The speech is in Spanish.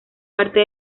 parte